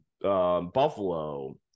Buffalo